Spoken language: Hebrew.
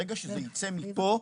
ברגע שזה יצא מפה,